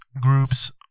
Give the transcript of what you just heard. groups